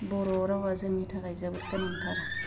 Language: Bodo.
बर' रावआ जोंनि थाखाय जोबोर गोनांथार